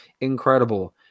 incredible